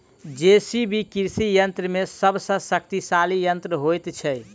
JCB कृषि यंत्र मे सभ सॅ शक्तिशाली यंत्र होइत छै